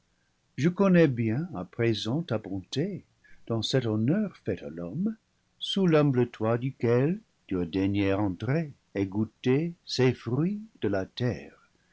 je connais bien à présent ta bonté dans cet honneur fait à l'homme sous l'humble toit duquel tu as daigné entrer et goûter ces fruits de la terre